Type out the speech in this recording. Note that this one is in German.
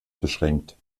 beschränkt